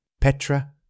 Petra